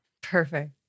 Perfect